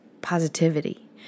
positivity